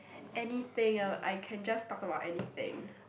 anything ah I can just talk about anything